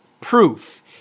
proof